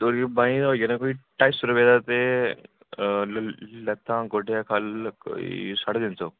बाहीं गी होई जाना कोई ढाई सौ रपे दा ते लत्तां गोड्डें शा खल्ल कोई साढे तिन सौ